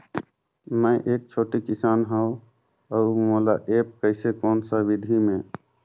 मै एक छोटे किसान हव अउ मोला एप्प कइसे कोन सा विधी मे?